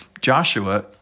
Joshua